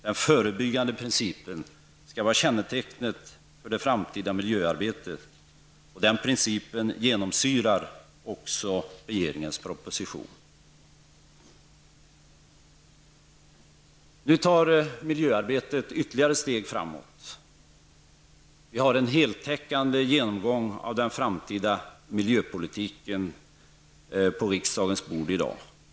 Den förebyggande principen skall vara kännetecknet för det framtida miljöarbetet. Den principen genomsyrar också regeringens proposition. Nu tar miljöarbetet ytterligare ett steg framåt. Vi har en heltäckande genomgång av den framtida miljöpolitiken på riksdagens bord i dag.